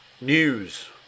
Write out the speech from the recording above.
news